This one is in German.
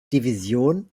division